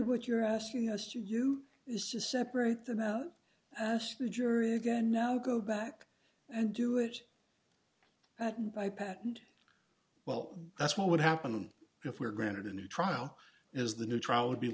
what you're asking us to you is to separate them out as the jury again now go back and do it by patent well that's what would happen if we were granted a new trial is the new trial would be